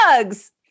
drugs